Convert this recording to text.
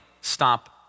stop